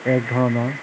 একধৰণৰ